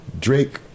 Drake